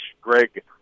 Greg